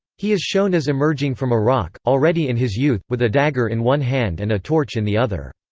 he is shown as emerging from a rock, already in his youth, with a dagger in one hand and a torch in the other.